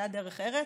סיעת דרך ארץ,